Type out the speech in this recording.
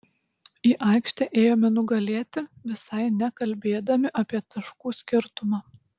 į aikštę ėjome nugalėti visai nekalbėdami apie taškų skirtumą